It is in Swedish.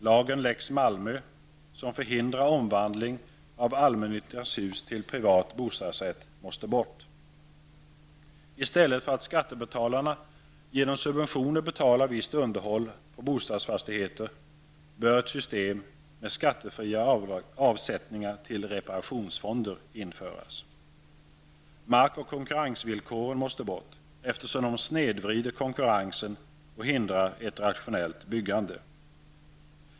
Lex Malmö, som förhindrar omvandling av allmännyttans hus till privat bostadsrätt, måste bort. I stället för att skattebetalarna genom subventioner betalar visst underhåll på bostadsfastigheter bör ett system med skattefria avsättningar till reparationsfonder införas. Mark och konkurrensvillkoren måste bort, eftersom de snedvrider konkurrensen och hindrar ett rationellt byggande.